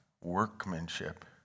workmanship